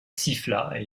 siffla